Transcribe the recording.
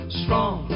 strong